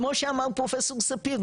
כמו שאמר פרופסור ספיר,